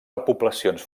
repoblacions